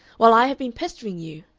while i have been pestering you,